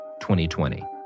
2020